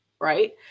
right